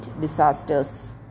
disasters